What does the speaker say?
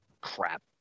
Crap